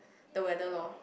no matter loh